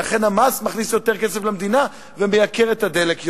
ולכן המס מכניס יותר כסף למדינה ומייקר את הדלק יותר.